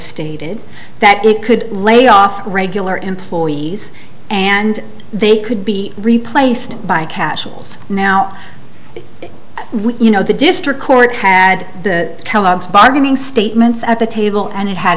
stated that it could lay off regular employees and they could be replaced by casuals now we you know the district court had the kellogg's bargaining statements at the table and it had